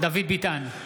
דוד ביטן,